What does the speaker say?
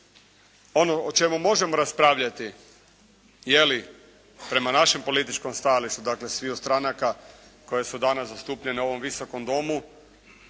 Ono o čemu možemo raspravljati je li prema našem političkom stajalištu, dakle sviju stranaka koje su danas zastupljene u ovom Visokom domu